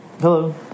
Hello